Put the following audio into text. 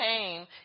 came